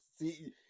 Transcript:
See